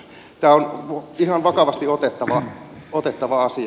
tämä on ihan vakavasti otettava asia